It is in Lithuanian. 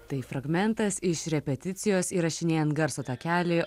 tai fragmentas iš repeticijos įrašinėjant garso takelį